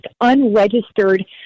unregistered